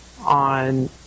on